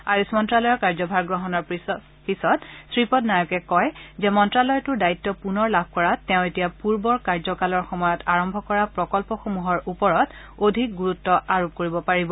আয়ুস মন্তালয়ৰ কাৰ্যভাৰ গ্ৰহণৰ পিছত শ্ৰীপদ নায়কে কয় যে মন্তালয়টোৰ দায়িত্ব পুনৰ লাভ কৰাত তেওঁ এতিয়া পূৰ্বৰ কাৰ্যকালৰ সময়ত আৰম্ভ কৰা প্ৰকল্পসমূহৰ ওপৰত অধিক গুৰুত্ব আৰোপ কৰিব পাৰিব